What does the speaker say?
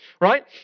right